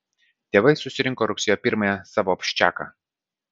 tėvai susirinko rugsėjo pirmąją savo abščiaką